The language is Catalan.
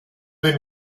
ben